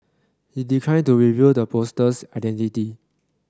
he declined to reveal the poster's identity